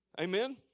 amen